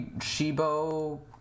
Shibo